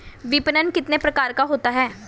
विपणन कितने प्रकार का होता है?